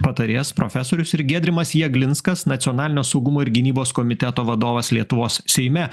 patarėjas profesorius ir giedrimas jeglinskas nacionalinio saugumo ir gynybos komiteto vadovas lietuvos seime